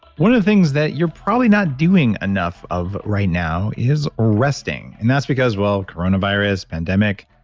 one of the things that you're probably not doing enough of right now is resting, and that's because, well, coronavirus, pandemic,